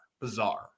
bizarre